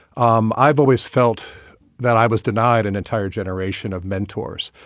um i've always felt that i was denied an entire generation of mentors.